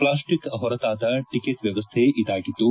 plastic ಹೊರತಾದ ticket ವ್ಯವಸ್ಥೆ ಇದಾಗಿದ್ದು